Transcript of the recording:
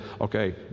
okay